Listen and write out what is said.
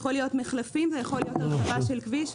זה יכול להיות מחלפים וזה יכול הרחבה של כביש,